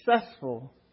successful